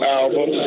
album